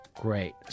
Great